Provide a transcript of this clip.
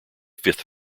fifth